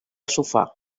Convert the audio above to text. sofà